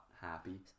happy